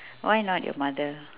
why not your mother